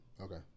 Okay